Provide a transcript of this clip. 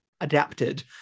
adapted